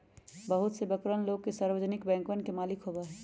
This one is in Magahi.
बहुते से बड़कन लोग सार्वजनिक बैंकवन के मालिक होबा हई